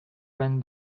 ran